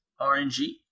RNG